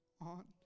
on